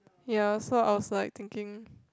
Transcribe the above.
ya so I was like thinking